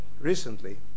recently